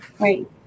Right